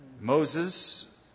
Moses